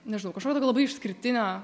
nežinau kažko labai išskirtinio